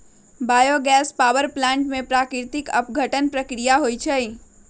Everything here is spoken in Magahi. बायो गैस पावर प्लांट में प्राकृतिक अपघटन प्रक्रिया होइ छइ